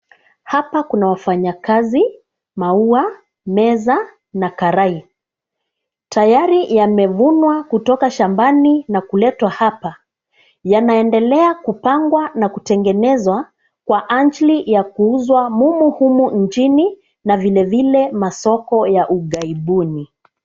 Hapa kuna wafanyakazi, maua, meza na karai. Tayari yamevunwa kutoka shambani na kuletwa hapa. Yanaendelea kupangwa na kutengenezwa kwa ajili ya kuuzwa mumu humu nchini na vile vile masoko ya ughaibuni.